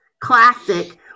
classic